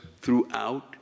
throughout